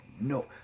No